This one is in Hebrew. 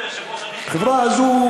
החברה הזו,